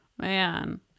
Man